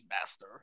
Master